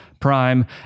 prime